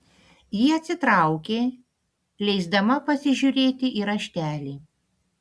ji atsitraukė leisdama pasižiūrėti į raštelį